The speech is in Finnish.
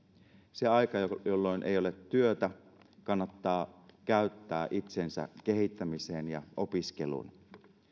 se aika jolloin ei ole työtä kannattaa käyttää itsensä kehittämiseen ja opiskeluun